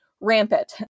rampant